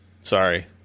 Sorry